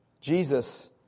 Jesus